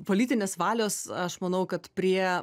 politinės valios aš manau kad prie